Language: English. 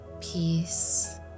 peace